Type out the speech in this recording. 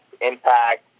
Impact